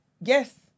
Yes